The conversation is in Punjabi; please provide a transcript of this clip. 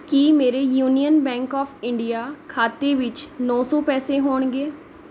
ਕੀ ਮੇਰੇ ਯੂਨੀਅਨ ਬੈਂਕ ਔਫ ਇੰਡੀਆ ਖਾਤੇ ਵਿੱਚ ਨੌ ਸੌ ਪੈਸੇ ਹੋਣਗੇ